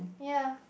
ya